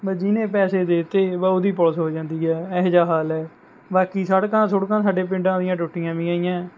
ਬਸ ਜਿਹਨੇ ਪੈਸੇ ਦੇ ਤੇ ਬਾ ਉਹਦੀਂ ਪੁਲਿਸ ਹੋ ਜਾਂਦੀ ਐ ਅਜਿਹਾ ਹਾਲ ਐ ਬਾਕੀ ਸੜਕਾ ਸੂੜਕਾਂ ਸਾਡੇ ਪਿੰਡਾਂ ਦੀਆਂ ਟੁੱਟੀਆਂ ਵੀਆਂ ਆ